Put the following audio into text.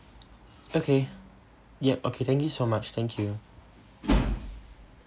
okay yup okay thank you so much thank you